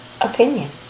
opinion